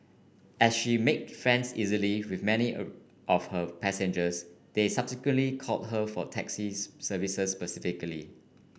as she make friends easily with many of her passengers they subsequently called her for taxis services specifically